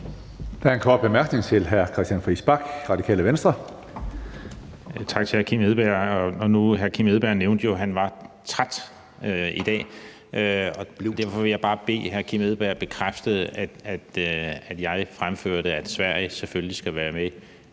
Tak til hr. Kim Edberg